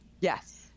Yes